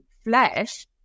flesh